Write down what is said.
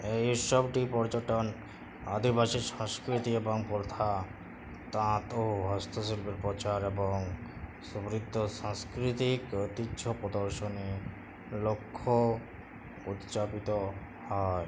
এই উৎসবটি পর্যটন আদিবাসী সংস্কৃতি এবং প্রথা তাঁত ও হস্তশিল্পের প্রচার এবং সমৃদ্ধ সাংস্কৃতিক ঐতিহ্য প্রদর্শনের লক্ষ্যে উদযাপিত হয়